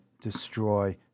destroy